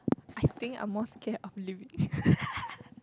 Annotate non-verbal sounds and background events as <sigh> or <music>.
I think I'm more scared of living <laughs>